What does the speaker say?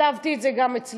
וכתבתי את זה גם אצלי,